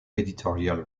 editorial